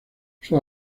sus